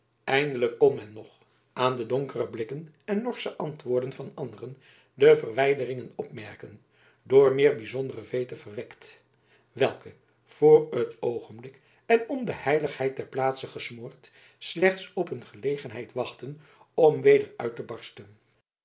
eindelijk kon men nog aan de donkere blikken en norsche antwoorden van anderen de verwijderingen opmerken door meer bijzondere veeten verwekt welke voor t oogenblik en om de heiligheid der plaatse gesmoord slechts op een gelegenheid wachtten om weder uit te barsten